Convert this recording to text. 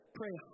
pray